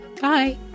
Bye